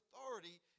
authority